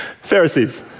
Pharisees